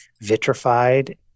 vitrified